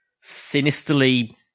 sinisterly